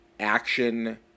Action